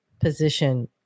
position